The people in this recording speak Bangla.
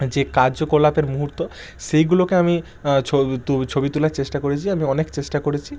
যে কার্যকলাপের মুহুর্ত সেইগুলোকে আমি ছো তো ছবি তোলার চেষ্টা করেছি আমি অনেক চেষ্টা করেছি